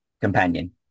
Companion